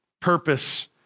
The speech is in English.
purpose